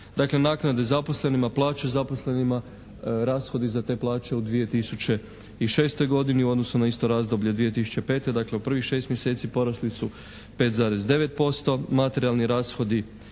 naknade zaposlenima, plaće zaposlenima, rashodi za te plaće u 2006. godini u odnosu na isto razdoblje 2005., dakle u prvih šest mjeseci porasli su 5,9%, materijalni rashodi